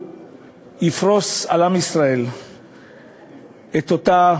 שיפרוס על עם ישראל את אותה